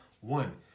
one